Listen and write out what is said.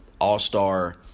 all-star